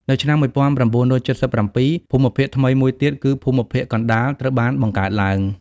នៅឆ្នាំ១៩៧៧ ភូមិភាគថ្មីមួយទៀត គឺភូមិភាគកណ្តាលត្រូវបានបង្កើតឡើង។